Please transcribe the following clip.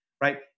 right